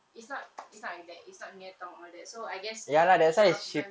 it's not it's not like that it's not near town all that so I guess a lot of people